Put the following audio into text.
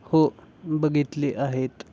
हो बघितले आहेत